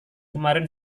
kemarin